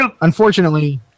unfortunately